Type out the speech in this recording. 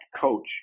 coach